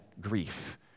grief